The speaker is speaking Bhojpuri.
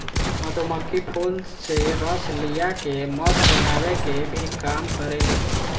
मधुमक्खी फूल से रस लिया के मध बनावे के भी काम करेली सन